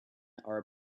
are